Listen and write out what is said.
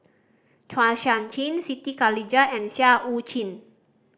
Chua Sian Chin Siti Khalijah and Seah Eu Chin